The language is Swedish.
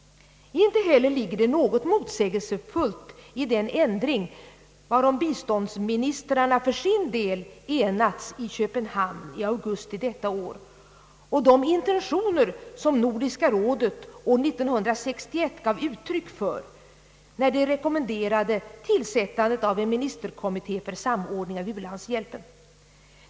Inte heller ligger det något motsägelsefullt i den ändring, varom biståndsministrarna för sin del enats i Köpenhamn i augusti detta år och de intentioner som Nordiska rådet år 1961 gav uttryck för, när det rekommenderade tillsättandet av en ministerkommitté för samordning av ulandshjälpen.